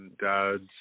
dad's